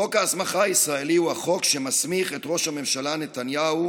חוק ההסמכה הישראלי הוא החוק שמסמיך את ראש הממשלה נתניהו